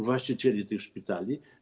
Właścicieli tych szpitali?